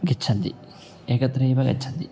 गच्छन्ति एकत्रैव गच्छन्ति